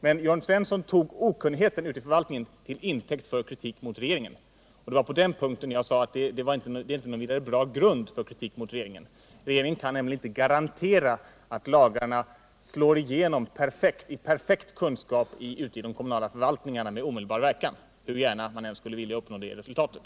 Men Jörn Svensson tog okunnigheten ute i förvaltningen till intäkt för kritik mot regeringen. Det var om det förhållandet jag sade att det inte var någon vidare bra grund för kritik mot regeringen. Regeringen kan nämligen inte garantera att lagarna slår igenom i perfekt kunskap ute i de kommunala förvaltningarna med omedelbar verkan, hur gärna man än skulle vilja uppnå det resultatet.